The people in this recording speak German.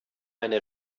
eine